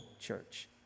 church